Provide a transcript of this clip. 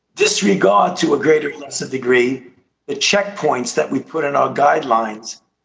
disregard to a greater degree the checkpoints that we've put in our guidelines.